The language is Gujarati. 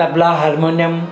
તબલા હાર્મોનિયમ